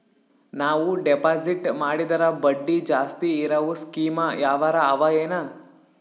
ನಾವು ಡೆಪಾಜಿಟ್ ಮಾಡಿದರ ಬಡ್ಡಿ ಜಾಸ್ತಿ ಇರವು ಸ್ಕೀಮ ಯಾವಾರ ಅವ ಏನ?